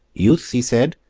youth! he said,